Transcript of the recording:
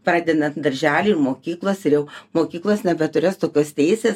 pradedan darželiai mokyklos ir jau mokyklos nebeturės tokios teisė